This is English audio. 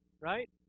right